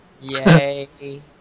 Yay